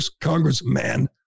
congressman